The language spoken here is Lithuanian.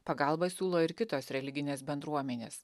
pagalbą siūlo ir kitos religinės bendruomenės